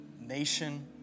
nation